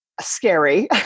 scary